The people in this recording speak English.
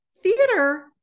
Theater